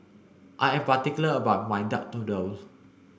I am particular about my duck noodles